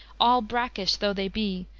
all brackish tho' they be,